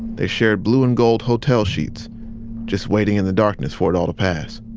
they shared blue and gold hotel sheets just waiting in the darkness for it all to pass